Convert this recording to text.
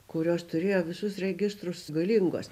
kurios turėjo visus registrus galingos